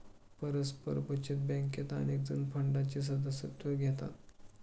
परस्पर बचत बँकेत अनेकजण फंडाचे सदस्यत्व घेतात